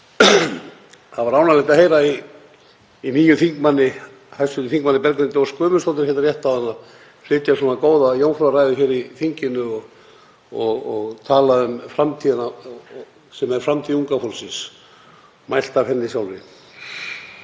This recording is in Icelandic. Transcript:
Það var ánægjulegt að heyra í nýjum þingmanni, hv. þm. Berglindi Ósk Guðmundsdóttur, hérna rétt áðan að flytja svona góða jómfrúrræðu hér í þinginu og tala um framtíðina sem er framtíð unga fólksins, mælt af henni sjálfri.